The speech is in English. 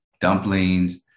dumplings